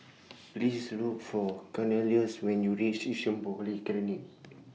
Please Look For Cornelius when YOU REACH Yishun Polyclinic